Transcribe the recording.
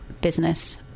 business